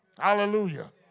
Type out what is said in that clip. Hallelujah